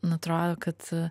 nu atrodo kad